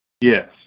Yes